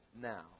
now